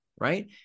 right